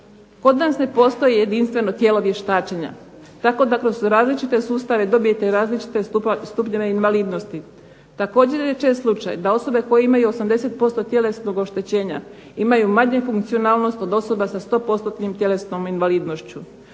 Kod nas ne postoji jedinstveno tijelo vještačenja, tako da kroz različite sustave dobijete različite stupnjeve invalidnosti. Također je slučaj da osobe koje imaju 80% tjelesnog oštećenja, imaju manju funkcionalnost od osoba sa 100 postotnim tjelesnom invalidnošću.